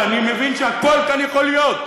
כי אני מבין שהכול כאן יכול להיות.